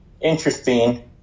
interesting